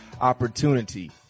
opportunity